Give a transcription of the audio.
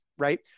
right